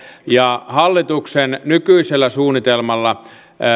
ja hallituksen nykyisellä suunnitelmalla